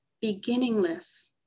beginningless